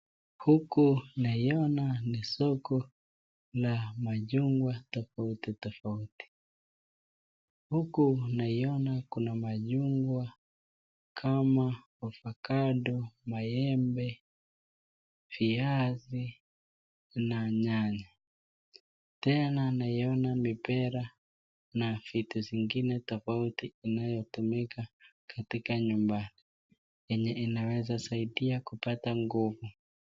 Huku naiona ni soko na machungwa tofauti tofauti. Huku naiona kuna machungwa kama avocado , maembe, viazi na nyanya. Tena naiona mipera na vitu zingine tofauti inayotumika katika nyumbani yenye inaweza saidia kupata nguvu.